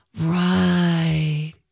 right